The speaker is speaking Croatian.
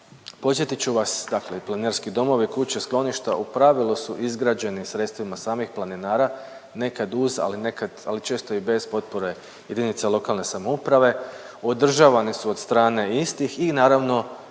podsjetit ću vas, dakle planinarski domovi, kuće, skloništa u pravilu su izgrađeni sredstvima samih planinara nekad uz, ali nekad, ali često i bez potpora jedinica lokalne samouprave, održavane su od strane istih i naravno